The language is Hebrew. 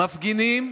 מפגינים,